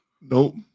Nope